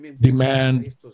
demand